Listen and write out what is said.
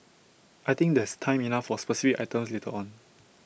I think there's time enough for specific items later on